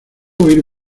oír